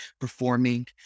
performing